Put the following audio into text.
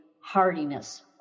hardiness